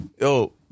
Yo